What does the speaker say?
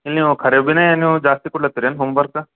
ಇಲ್ಲ ನೀವು ಖರೆ ಭಿನೆ ನೀವು ಜಾಸ್ತಿ ಕೊಡ್ಲತ್ತಿರೇನು ಹೋಮ್ವರ್ಕ